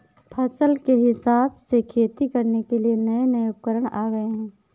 फसल के हिसाब से खेती करने के नये नये उपकरण आ गये है